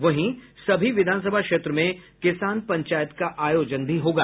वहीं सभी विधानसभा क्षेत्र में किसान पंचायत का आयोजन भी होगा